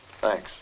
Thanks